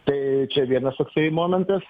tai čia vienas toksai momentas